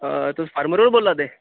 तुस फार्मर होर बोल्ला दे